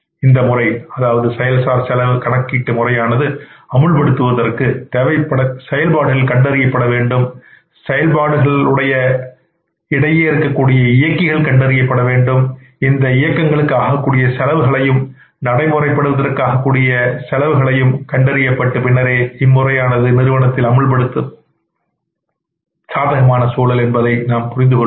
இந்தமுறை செயல் சார் செலவு கணக்கு முறை அமல்படுத்துவதற்கு செயல்பாடுகள் கண்டறியப்பட வேண்டும் செயல்பாடுகளில் உடையை இயக்கிகள் கண்டறியப்பட வேண்டும் இந்த இயக்கிகளுக்கு ஆகக்கூடிய செலவுகளையும் நடைமுறைப்படுத்துவதற்காக கூடிய செலவுகளும் கண்டறியப்பட்ட பின்னரே இம்முறையானது நிறுவனத்தில் அமுல்படுத்த கூறியதற்கு ஏற்ற சாதகமான சூழலை உருவாக்கும் என்பதை நாம் புரிந்துகொள்ள வேண்டும்